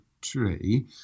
tree